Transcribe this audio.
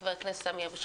חבר הכנסת סמי אבו שחאדה,